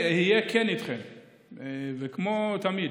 כן איתכם, כמו תמיד.